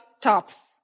tops